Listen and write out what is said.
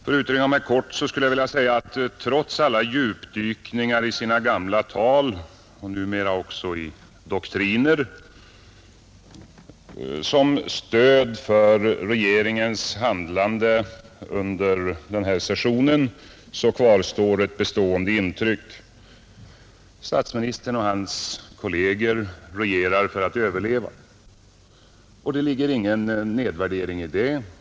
För att fatta mig kort skulle jag vilja säga att trots alla djupdykningar som statsministern gjorde i sina gamla tal och numera också i doktriner som stöd för regeringens handlande under den här sessionen så kvarstår ett bestämt intryck: statsministern och hans kolleger regerar för att överleva. Det ligger ingen nedvärdering i det.